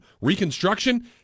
reconstruction